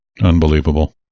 Unbelievable